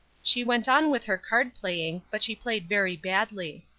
she went on with her card-playing, but she played very badly.